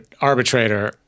arbitrator